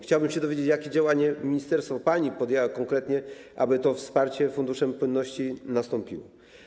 Chciałbym się dowiedzieć, jakie działania ministerstwo, pani konkretnie, podjęło, aby to wsparcie funduszem płynności nastąpiło.